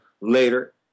later